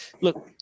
look